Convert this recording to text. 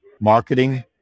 marketing